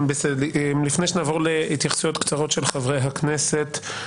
לפני שנעבור להתייחסויות קצרות של חברי הכנסת,